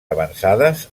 avançades